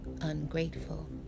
ungrateful